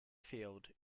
field